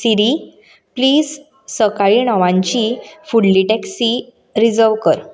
सिरी please सकाळीं णवांची फुडली टॅक्सी रिजव कर